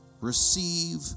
receive